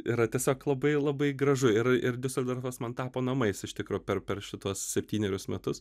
yra tiesiog labai labai gražu ir ir diuseldorfas man tapo namais iš tikro per per šituos septynerius metus